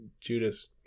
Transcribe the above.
judas